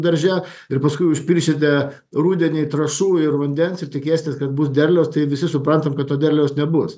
darže ir paskui užpilsite rudenį trąšų ir vandens ir tikėsitės kad bus derliaus tai visi suprantam kad to derliaus nebus